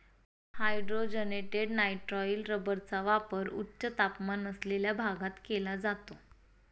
hydrogenated nitrile रबरचा वापर उच्च तापमान असलेल्या भागात केला जातो